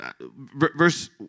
verse